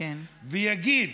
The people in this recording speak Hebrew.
ויגיד: